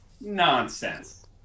nonsense